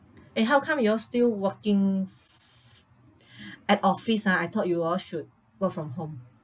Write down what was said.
eh how come you all still working f~ at office ah I thought you all should work from home